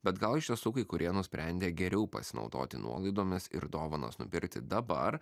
bet gal iš tiesų kai kurie nusprendė geriau pasinaudoti nuolaidomis ir dovanas nupirkti dabar